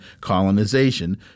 colonization